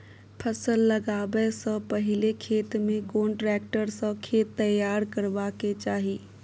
फसल लगाबै स पहिले खेत में कोन ट्रैक्टर स खेत तैयार करबा के चाही?